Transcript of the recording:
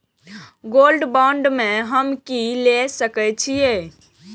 Gold bond में हम की ल सकै छियै?